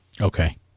Okay